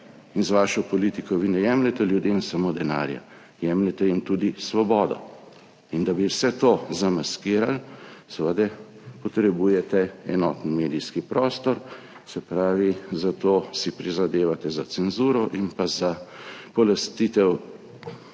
In s svojo politiko vi ne jemljete ljudem samo denarja, jemljete jim tudi svobodo. Da bi vse to zamaskirali, seveda potrebujete enoten medijski prostor, se pravi, zato si prizadevate za cenzuro in za polastitev,